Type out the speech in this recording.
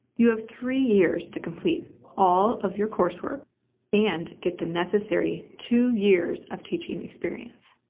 you have three years to complete all of your coursework and get the necessary two years of teaching experience.